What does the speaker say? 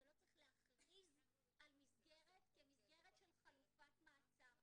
אתה לא צריך להכריז על מסגרת כמסגרת של חלופת מעצר.